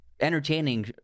entertaining